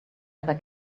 ever